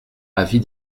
avis